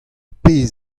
pezh